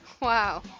Wow